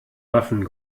waffen